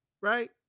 right